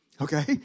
Okay